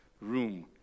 room